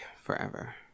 forever